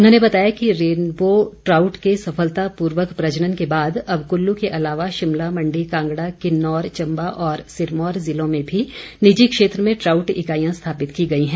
उन्होंने बताया कि रेनबो ट्राउट के सफलतापूर्वक प्रजनन के बाद अब कुल्लू के अलावा शिमला मण्डी कांगड़ा किन्नौर चम्बा और सिरमौर जिलों में भी निजी क्षेत्र में ट्राउट इकाईयां स्थापित की गई हैं